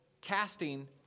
casting